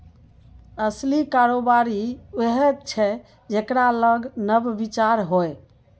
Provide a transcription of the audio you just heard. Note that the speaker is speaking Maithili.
असली कारोबारी उएह छै जेकरा लग नब विचार होए